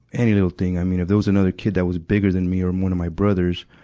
any little thing. i mean, if there was another kid that was bigger than me or and one of my brothers,